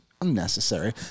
unnecessary